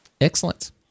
Excellent